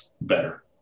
better